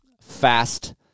fast